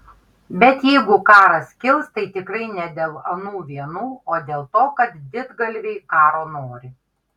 bet jeigu karas kils tai tikrai ne dėl anų vienų o dėl to kad didgalviai karo nori